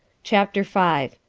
chapter five.